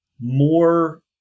more